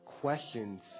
questions